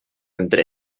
entre